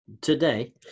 today